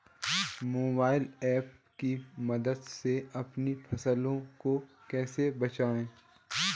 Mobile app की मदद से अपनी फसलों को कैसे बेचें?